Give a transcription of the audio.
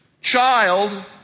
child